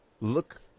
look